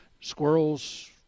squirrels